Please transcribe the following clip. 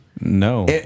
No